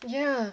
ya